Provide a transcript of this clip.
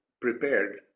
prepared